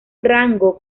rango